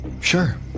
sure